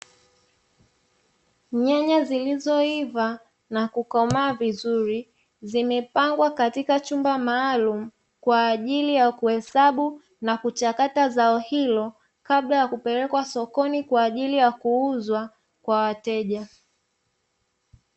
Nyanya zilizoiva na kukomaa vizuri zimepangwa katika chumba maalumu, kwa ajili ya kuhesabu na kuchakata zao hilo, kabla ya kupelekwa sokoni kwa ajili ya kuuzwa kwa wateja.